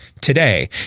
today